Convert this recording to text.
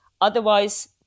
Otherwise